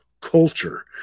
culture